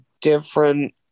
different